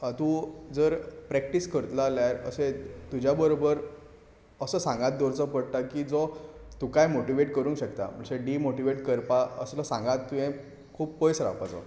तूं जर प्रॅक्टीस करतलो आल्यार अशें तुज्या बरोबर असो सांगात दवरचो पडटा की जो तुकाय मोटिवेट करूंक शकता अशें डिमोटिवेट करपा असलो सांगात तुंवें खूब पयस रावपाचो